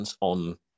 on